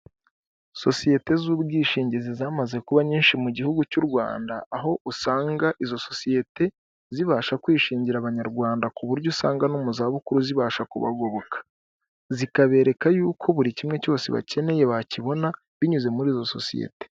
sosiyete z'ubwishingizi zamaze kuba nyinshi mu gihugu cyu Rwanda aho usanga izo sosiyete zibasha kwishingira abanyarwanda ku buryo usanga no mu zabukuru zibasha kubagoboka, zikabereka y'uko buri kimwe cyose bakeneye bakibona binyuze muri izo sosiyete.